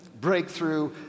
breakthrough